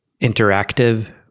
interactive